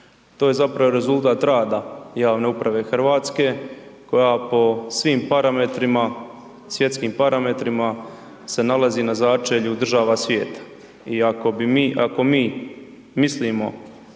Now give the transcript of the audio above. To je zapravo rezultat rada javne uprave Hrvatske koja po svim parametrima, svjetskim parametrima se nalazi na začelju država svijeta. I ako bi mi, ako